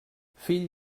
fill